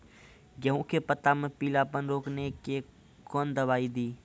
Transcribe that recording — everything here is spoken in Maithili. गेहूँ के पत्तों मे पीलापन रोकने के कौन दवाई दी?